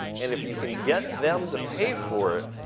and if you can get them to pay for it,